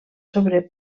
sobre